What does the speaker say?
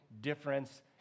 difference